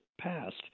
passed